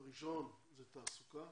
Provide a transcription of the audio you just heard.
הנושא הראשון הוא תעסוקה